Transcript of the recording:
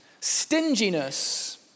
Stinginess